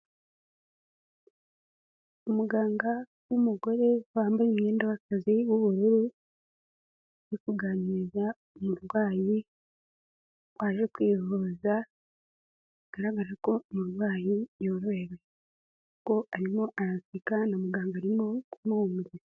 Umuganga w'umugore wambaye umwenda w'akazi w'ubururu, ari kuganiriza umurwayi waje kwivuza, bigaragara ko umurwayi yorohewe, kuko arimo araseka na muganga arimo ku mu humuriza.